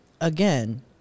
Again